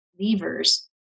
levers